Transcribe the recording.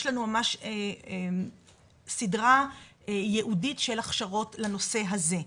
יש לנו ממש סדרה ייעודית של הכשרות לנושא הזה.